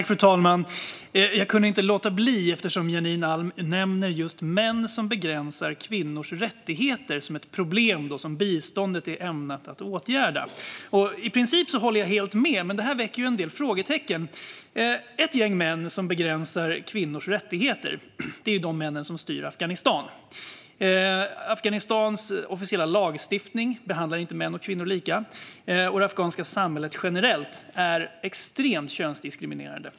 Fru talman! Jag kunde inte låta bli att begära replik, eftersom Janine Alm Ericson nämner just män som begränsar kvinnors rättigheter som ett problem som biståndet är ämnat att åtgärda. I princip håller jag helt med, men det här väcker en del frågor. Ett gäng män som begränsar kvinnors rättigheter är männen som styr Afghanistan. Afghanistans officiella lagstiftning behandlar inte män och kvinnor lika, och det afghanska samhället generellt är extremt könsdiskriminerande.